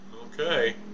Okay